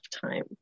time